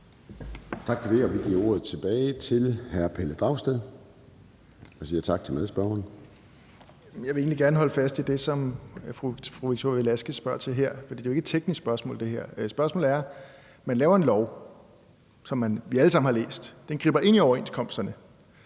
for det. Vi giver ordet tilbage til hr. Pelle Dragsted. Kl. 13:43 Pelle Dragsted (EL): Jeg vil egentlig gerne holde fast i det, som fru Victoria Velasquez spørger til her, for det er jo ikke et teknisk spørgsmål. Spørgsmålet drejer sig om, at man laver en lov, som vi alle sammen har læst, og som griber ind i overenskomsterne,